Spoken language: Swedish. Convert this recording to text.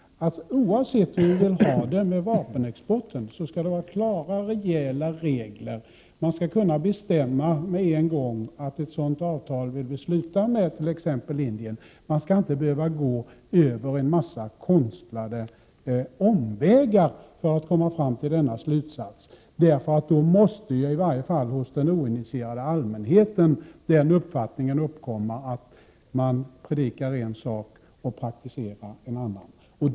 Oavsett hur vi vill ha det med vapenexporten skall det vara klara rejäla regler. Man skall med en gång kunna bestämma att ett sådant här avtal vill vi sluta med t.ex. Indien — man skall inte behöva gå en mängd konstlade omvägar för att komma till denna slutsats, för då måste ju i alla fall hos den oinitierade allmänheten den uppfattningen uppkomma, att man predikar en sak och praktiserar en annan.